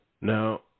Now